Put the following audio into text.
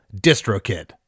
DistroKid